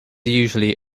usually